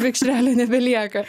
vikšreliui nebelieka